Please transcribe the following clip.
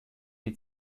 die